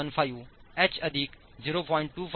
75 H अधिक 0